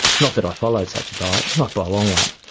not that i followed such a diet. not by a long way.